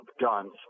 guns